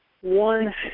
one